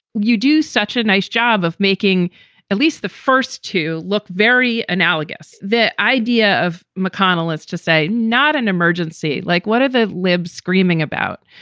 you do such a nice job of making at least the first two look very analogous. the idea of mcconnell is to say not an emergency. like what are the libs screaming about?